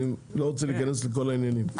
אני לא רוצה להיכנס לכל העניינים.